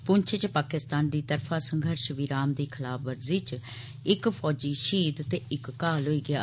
प्ंछ च पाकिस्तान दी तरफा संघर्ष विराम दी खलाफवर्जी च इक फौजी शहीद ते इक घायल होई गेया